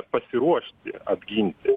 pasiruošti apginti